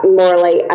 morally